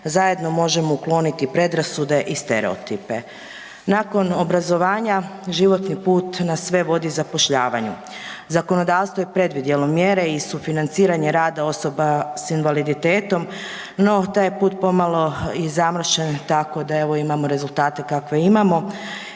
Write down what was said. Zajedno možemo ukloniti predrasude i stereotipe. Nakon obrazovanja životni put nas sve vodi zapošljavanju. Zakonodavstvo je predvidjelo mjere i sufinanciranje rada osoba s invaliditetom. No taj put je pomalo i zamršen tako da evo imamo rezultate kakve imamo